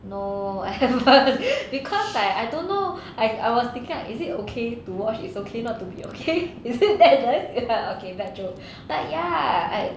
no I have because I I don't know I was thinking like is it okay to watch is okay not to be okay is it that right ya okay bad joke but ya I